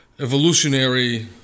evolutionary